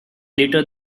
later